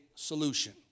solution